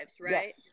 Right